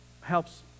helps